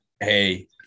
Hey